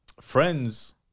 Friends